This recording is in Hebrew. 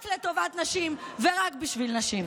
רק לטובת נשים ורק בשביל נשים.